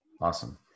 Awesome